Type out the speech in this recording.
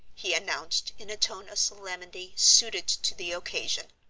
he announced in a tone of solemnity suited to the occasion.